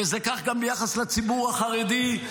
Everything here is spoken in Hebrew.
וזה כך גם ביחס לציבור החרדי,